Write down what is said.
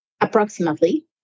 approximately